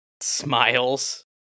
smiles